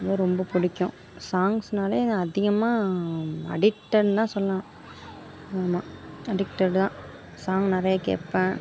ரொம்ப பிடிக்கும் சாங்ஸ்னாலே நான் அதிகமாக அடிக்டட் தான் சொல்லுவேன் ஆமாம் அடிக்டட் தான் சாங் நிறையா கேட்பேன்